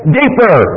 deeper